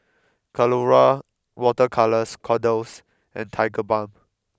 Colora Water Colours Kordel's and Tigerbalm